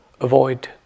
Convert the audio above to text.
avoid